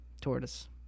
tortoise